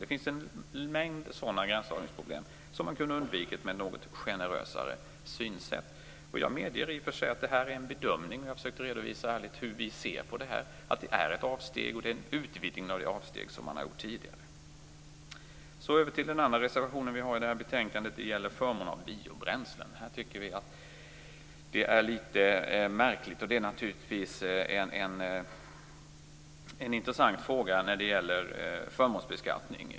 Det finns en mängd sådana gränsdragningsproblem som man kunde ha undvikit med ett något generösare synsätt. Jag medger att detta är en bedömning. Jag har försökt att ärligt redovisa hur vi ser på det här, att det är en utvidgning av det avsteg som man har gjort tidigare. Över till den andra reservationen vi har till det här betänkandet. Det gäller förmånen av biobränslen. Vi tycker att detta är litet märkligt, men naturligtvis är förmånsbeskattningen en intressant fråga.